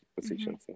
positions